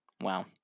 Wow